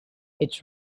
its